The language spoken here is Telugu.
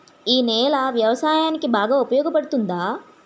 ఈ నేల వ్యవసాయానికి బాగా ఉపయోగపడుతుందా?